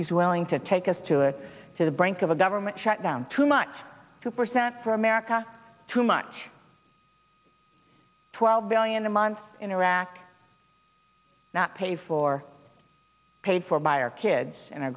he's willing to take us to it to the brink of a government shutdown too much two percent for america too much twelve billion a month in iraq not paid for paid for by our kids and our